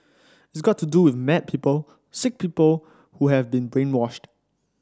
it's got to do with mad people sick people who have been brainwashed